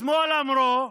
משמאל אמרו,